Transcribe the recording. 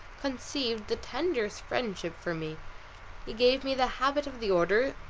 conceived the tenderest friendship for me he gave me the habit of the order,